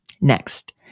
Next